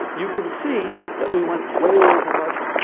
you can see that we went way over budget.